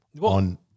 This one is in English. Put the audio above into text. on